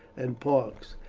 and parks.